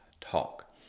Talk